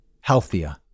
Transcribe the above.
healthier